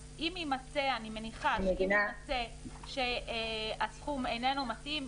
אז אני מניחה שאם יימצא שהסכום איננו מתאים,